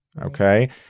Okay